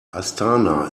astana